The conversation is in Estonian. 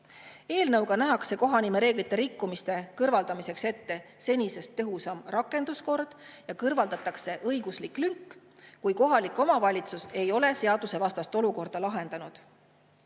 Eelnõuga nähakse kohanimereeglite rikkumiste kõrvaldamiseks ette senisest tõhusam rakenduskord ja kõrvaldatakse õiguslik lünk, kui kohalik omavalitsus ei ole seadusevastast olukorda lahendanud.